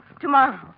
tomorrow